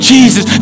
Jesus